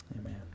amen